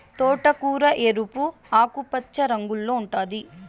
తోటకూర ఎరుపు, ఆకుపచ్చ రంగుల్లో ఉంటాది